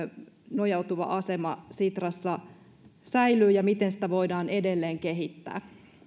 nojautuva asema sitrassa säilyy ja miten sitä voidaan edelleen kehittää